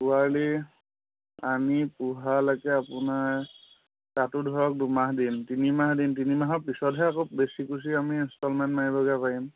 পোৱালি আনি পোহালৈকে আপোনাৰ তাতো ধৰক দুমাহ দিন তিনিমাহ দিন তিনি মাহৰ পিছতহে আকৌ বেছি কুচি আমি ইনষ্টলমেণ্ট মাৰিবগৈ পাৰিম